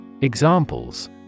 Examples